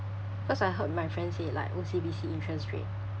cause I heard my friend say like O_C_B_C interest rate